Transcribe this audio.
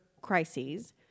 crises